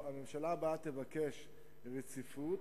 הממשלה הבאה תבקש רציפות